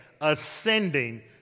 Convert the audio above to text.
ascending